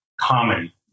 comedy